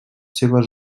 seves